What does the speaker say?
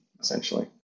essentially